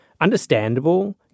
understandable